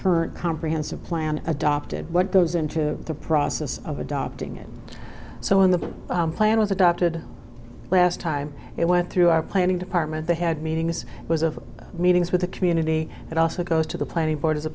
current comprehensive plan adopted what goes into the process of adopting it so in the plan was adopted last time it went through our planning department they had meetings it was of meetings with the community and it also goes to the planning board as a